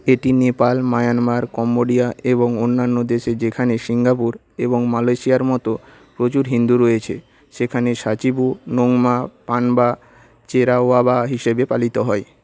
এটি Nepal Myanmar Cambodia এবং অন্যান্য দেশে যেখানে সিঙ্গাপুর এবং মালয়েশিয়ার মতো প্রচুর হিন্দু রয়েছে সেখানে সাচিবু নোংমা পানবা চেরাওবা হিসেবে পালিত হয়